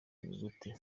nyuguti